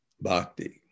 bhakti